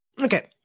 Okay